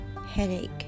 headache